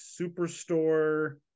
Superstore